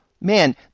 man